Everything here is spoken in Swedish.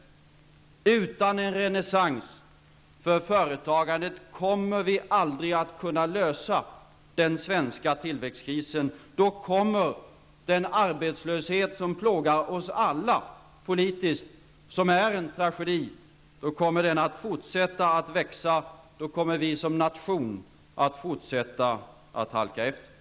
Utan en renässans för företagandet kommer vi aldrig att kunna lösa den svenska tillväxtkrisen. Då kommer den arbetslöshet som plågar oss alla politiskt och som är en tragedi att fortsätta växa, och då kommer vi som nation att fortsätta halka efter.